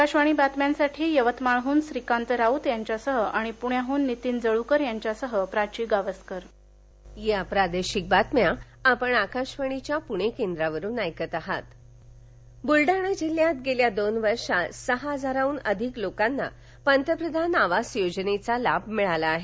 आकाशवाणी बातम्यांसाठी यवतमाळहून श्रीकांत राऊत यांच्यासह आणि पुण्याहून नीतीन जळूकर यांच्यासह प्राची गावस्कर लाभार्थी बलडाणा बुलडाणा जिल्हयात गेल्या दोन वर्षात सहा हजाराहून अधिक लोकांना पंतप्रधान आवास योजनेचा लाभ मिळाला आहे